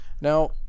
Now